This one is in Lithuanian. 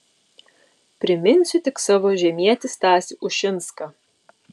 priminsiu tik savo žemietį stasį ušinską